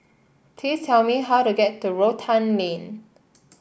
please tell me how to get to Rotan Lane